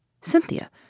Cynthia